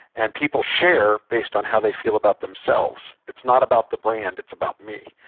and people share based on how they feel about themselves. it's not about the brand, it's about me.